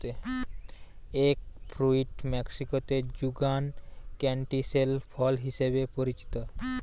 egg fruit মেক্সিকোতে যুগান canistel ফল হিসেবে পরিচিত